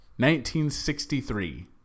1963